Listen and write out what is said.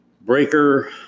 Breaker